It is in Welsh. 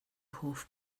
hoff